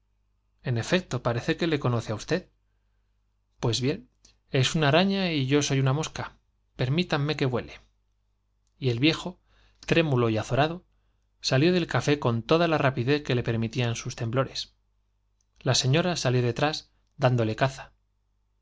en efecto parece que le conoce á usted pues bien es una araña y yo soy una mosca permítanme que vuele y el viejo trémulo y azorado salió del ca é con toda la rapidez que le permitían sus temblores r ia señora salió detrás dándole caza